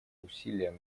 усилиям